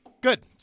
Good